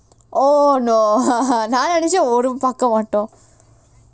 oh no நா நெனச்சேன் ஒரு பக்கம் மட்டும்:naa nenachaen oru pakkam mattum